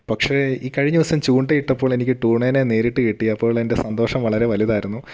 പക്ഷേ ഈ കഴിഞ്ഞ ദിവസം ചൂണ്ട ഇട്ടപ്പോളെനിക്ക് ടൂണേനേ നേരിട്ട് കിട്ടി അപ്പോളെൻ്റെ സന്തോഷം വളരെ വലുതായിരുന്നു